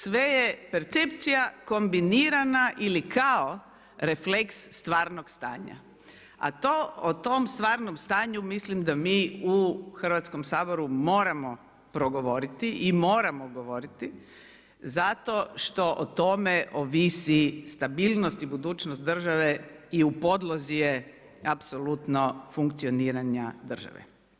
Sve je percepcija kombinirana ili kao refleks stvarnog stanja, a to, o tom stvarnom stanju mislim da mi u Hrvatskom saboru moramo progovoriti i moramo govoriti zato što o tome ovisi stabilnost i budućnost države i u podlozi je apsolutno funkcioniranja države.